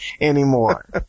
anymore